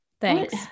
Thanks